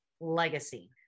legacy